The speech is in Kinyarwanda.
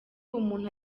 umuntu